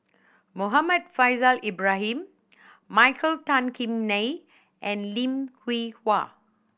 Muhammad Faishal Ibrahim Michael Tan Kim Nei and Lim Hwee Hua